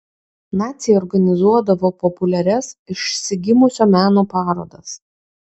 naciai organizuodavo populiarias išsigimusio meno parodas